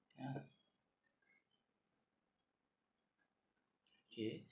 yeah K